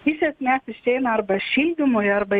iš esmės išeina arba šildymui arba